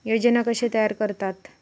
योजना कशे तयार करतात?